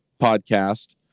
podcast